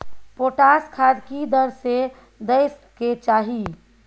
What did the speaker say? Potash खाद की दर से दै के चाही?